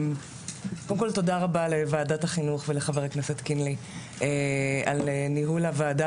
קודם כל תודה רבה לוועדת החינוך ולחבר הכנסת קינלי על ניהול הוועדה,